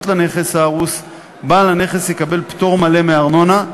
לנכס ההרוס בעל הנכס יקבל פטור מלא מארנונה,